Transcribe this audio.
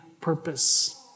purpose